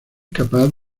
capaz